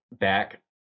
back